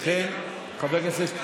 וכן חבר הכנסת,